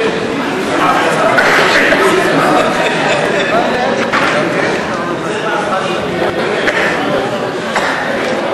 הצעת סיעת העבודה להביע אי-אמון בממשלה לא נתקבלה.